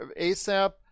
ASAP